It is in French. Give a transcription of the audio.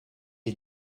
est